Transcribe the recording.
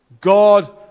God